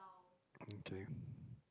okay